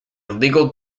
illegal